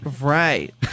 Right